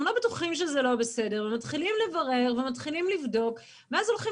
הם לא בטוחים שזה לא בסדר ומתחילים לברר ומתחילים לבדוק ואז הולכים